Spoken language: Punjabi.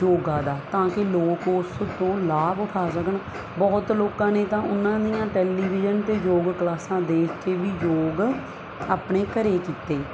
ਯੋਗਾ ਦਾ ਤਾਂ ਕਿ ਲੋਕ ਉਸ ਤੋਂ ਲਾਭ ਉਠਾ ਸਕਣ ਬਹੁਤ ਲੋਕਾਂ ਨੇ ਤਾਂ ਉਹਨਾਂ ਦੀਆਂ ਟੈਲੀਵਿਜ਼ਨ 'ਤੇ ਯੋਗ ਕਲਾਸਾਂ ਦੇਖ ਕੇ ਵੀ ਯੋਗ ਆਪਣੇ ਘਰ ਕੀਤੇ